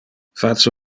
face